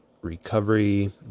recovery